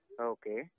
Okay